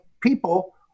people